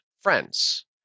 friends